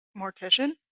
mortician